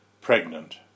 pregnant